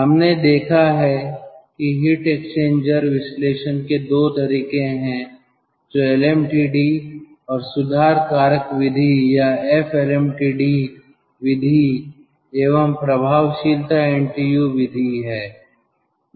हमने देखा है कि हीट एक्सचेंजर विश्लेषण के दो तरीके हैं जो LMTD और सुधार कारक विधि या एफ एलएमटीडी विधि एवं प्रभावशीलता NTU विधि है